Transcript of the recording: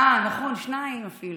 אה, נכון, שניים אפילו,